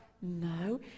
no